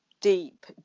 deep